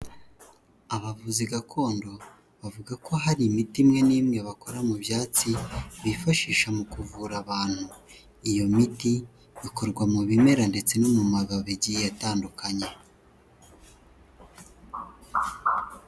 Abavuzi gakondo bavuga ko hari imiti imwe n'imwe bakora mu byatsi bifashisha mu kuvura abantu, iyo miti ikorwa mu bimera ndetse no mu mababi agiye atandukanye.